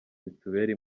bitubere